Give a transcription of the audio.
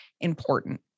important